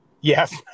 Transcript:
Yes